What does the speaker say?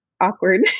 awkward